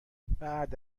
بعد